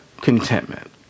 contentment